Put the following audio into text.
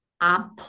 up